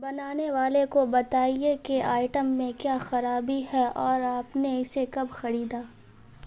بنانے والے کو بتائیے کہ آئٹم میں کیا خرابی ہے اور آپ نے اسے کب خریدا